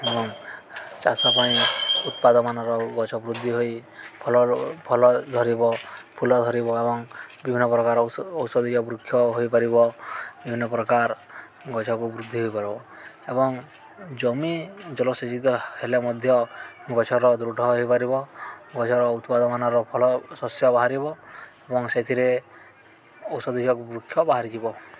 ଏବଂ ଚାଷ ପାଇଁ ଉତ୍ପାଦମାନର ଗଛ ବୃଦ୍ଧି ହୋଇ ଫଳ ଫଳ ଧରିବ ଫୁଲ ଧରିବ ଏବଂ ବିଭିନ୍ନ ପ୍ରକାର ଔଷଧୀୟ ବୃକ୍ଷ ହୋଇପାରିବ ବିଭିନ୍ନ ପ୍ରକାର ଗଛକୁ ବୃଦ୍ଧି ହୋଇପାରିବ ଏବଂ ଜମି ଜଳସେଚିତ ହେଲେ ମଧ୍ୟ ଗଛର ଦୃଢ଼ ହେଇପାରିବ ଗଛର ଉତ୍ପାଦମାନର ଫଳ ଶସ୍ୟ ବାହାରିବ ଏବଂ ସେଥିରେ ଔଷଧୀୟ ବୃକ୍ଷ ବାହାରିଯିବ